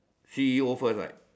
C_E_O first right